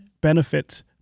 benefits